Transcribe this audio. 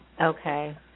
Okay